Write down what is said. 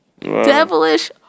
Devilish